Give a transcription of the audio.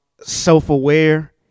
self-aware